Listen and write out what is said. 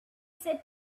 said